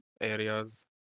areas